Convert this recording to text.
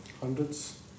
hundreds